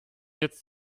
jetzt